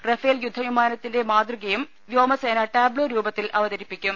Rafale ്യുദ്ധവിമാനത്തിന്റെ മാതൃകയും വ്യോമസേന ടാബ്ലോ രൂപത്തിൽ അവതരിപ്പിക്കും